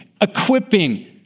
equipping